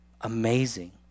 amazing